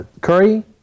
Curry